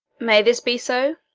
may this be so?